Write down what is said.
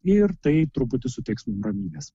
ir tai truputį suteiks ramybės